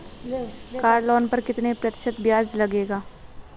Car loan पर कितने प्रतिशत ब्याज लगेगा?